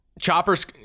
choppers